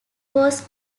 was